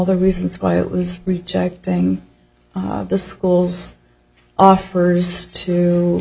the reasons why it was rejecting the school's offers to